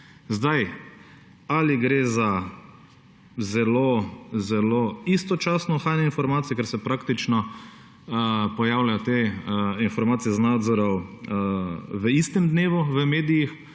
Ali gre za zelo zelo istočasno uhajanje informacij, ker se praktično pojavljajo te informacije iz nadzorov v istem dnevu v medijih,